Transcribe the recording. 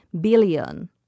billion